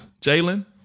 Jalen